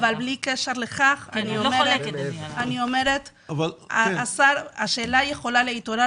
אבל בלי קשר לכך אני אומרת: השאלה יכולה להתעורר